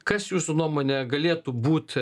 kas jūsų nuomone galėtų būt